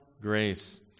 grace